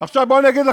ואני לא מבין בעובדות.